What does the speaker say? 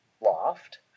Loft